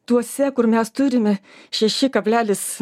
tuose kur mes turime šeši kablelis